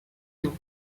nom